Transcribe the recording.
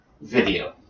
video